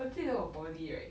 我记得我 poly right